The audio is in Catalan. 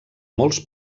molts